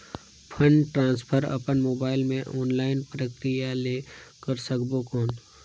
Fund transfer अपन mobile मे online प्रक्रिया ले कर सकबो कौन?